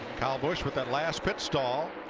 kyle busch with that last pit stall.